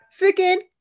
freaking